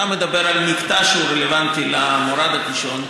אתה מדבר על מקטע שהוא רלוונטי למורד הקישון,